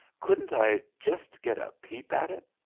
couldn't i jest get a peep at it?